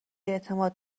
اعتماد